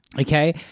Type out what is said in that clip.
Okay